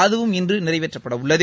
அதுவும் இன்று நிறைவேற்றப்படவுள்ளது